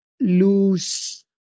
lose